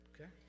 Okay